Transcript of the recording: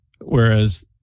Whereas